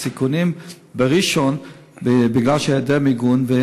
סיכונים בראשון-לציון בגלל היעדר מיגון.